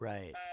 Right